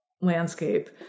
landscape